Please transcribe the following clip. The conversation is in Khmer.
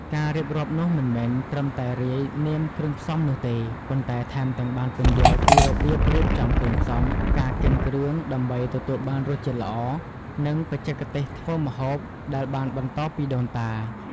ការរៀបរាប់នោះមិនមែនត្រឹមតែរាយនាមគ្រឿងផ្សំនោះទេ ប៉ុន្តែថែមទាំងបានពន្យល់ពីរបៀបរៀបចំគ្រឿងផ្សំ ការកិនគ្រឿងដើម្បីទទួលបានរសជាតិល្អ និងបច្ចេកទេសធ្វើម្ហូបដែលបានបន្តពីដូនតា។